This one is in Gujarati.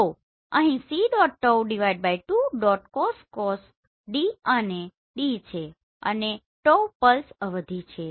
તો અહીં c⋅ τ 2 ⋅ cos d અને d છે અને પલ્સ અવધિ છે